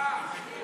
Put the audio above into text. טעה, טעה.